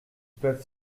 peuvent